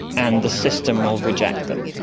and the system will reject them,